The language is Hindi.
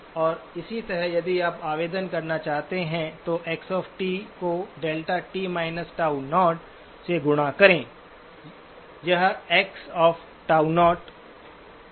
और इसी तरह यदि आप आवेदन करना चाहते थे तो X को δt−τ0 से गुणा करें यह Xτ0 पर फ़ंक्शन का सैंपल देगा